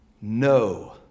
No